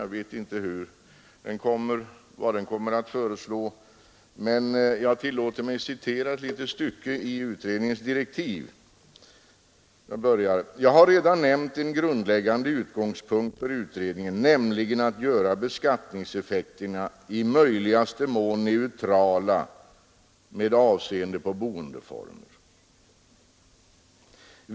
Jag vet inte vad kommittén kommer att föreslå, men jag tillåter mig citera ett litet stycke ur utredningsdirektiven. ”Jag har redan nämnt en grundläggande utgångspunkt för utredningen, nämligen att göra beskattningseffekterna i möjligaste mån neutrala med avseende på boendeform.